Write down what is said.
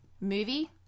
movie